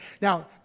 Now